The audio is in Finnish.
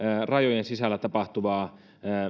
rajojen sisällä tapahtuvaa